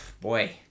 boy